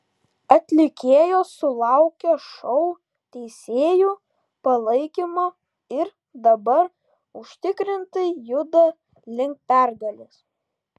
atlikėjos sulaukė šou teisėjų palaikymo ir dabar užtikrintai juda link pergalės